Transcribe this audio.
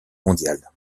mondial